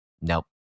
nope